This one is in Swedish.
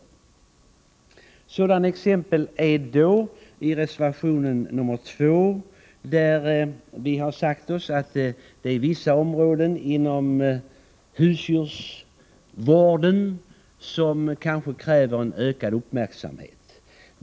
Ett sådant exempel är reservation 2, där vi har sagt att vissa områden inom husdjursvården kanske kräver ökad uppmärksamhet.